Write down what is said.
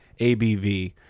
ABV